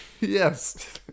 Yes